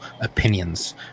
opinions